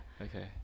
Okay